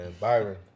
Byron